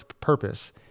purpose